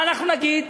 מה אנחנו נגיד?